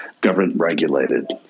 government-regulated